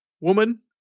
woman